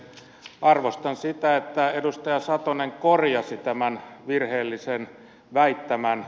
arvostan sitä että edustaja satonen korjasi tämän virheellisen väittämän